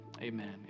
Amen